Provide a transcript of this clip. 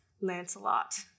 Lancelot